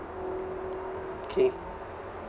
okay